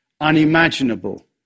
unimaginable